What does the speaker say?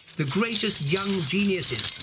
the greatest young geniuses,